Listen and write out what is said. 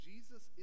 Jesus